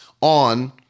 on